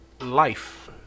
life